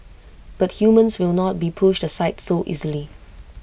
but humans will not be pushed aside so easily